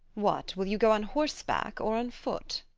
what, will you go on horse-back or on foot?